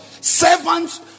Servants